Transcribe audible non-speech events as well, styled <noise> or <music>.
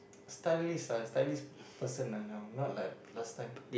stylist lah stylist person lah now not like last time <breath>